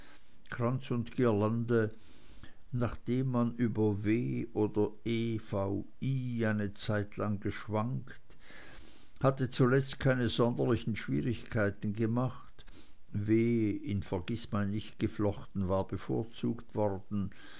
kranz und girlande nachdem man über w oder e v i eine zeitlang geschwankt hatten zuletzt keine sonderlichen schwierigkeiten gemacht w in vergißmeinnicht geflochten war bevorzugt worden